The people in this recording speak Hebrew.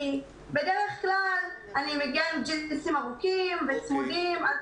בדרך כלל אני מגיעה עם ג'ינסים ארוכים וצמודים.